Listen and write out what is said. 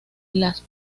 las